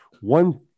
One